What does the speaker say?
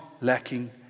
lacking